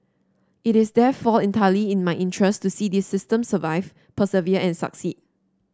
it is therefore entirely in my interest to see this system survive persevere and succeed